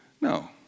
no